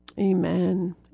Amen